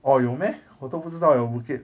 orh 有 meh 我都不知道有 bukit